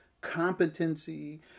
competency